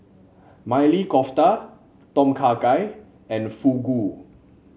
Maili Kofta Tom Kha Gai and Fugu